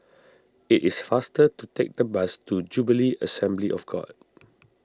it is faster to take the bus to Jubilee Assembly of God